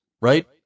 right